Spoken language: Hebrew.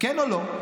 כן או לא?